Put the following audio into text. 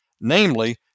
namely